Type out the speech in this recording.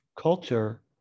culture